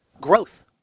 growth